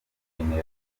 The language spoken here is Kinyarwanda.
general